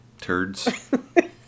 turds